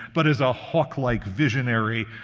but as a hawk-like visionary,